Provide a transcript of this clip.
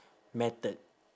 method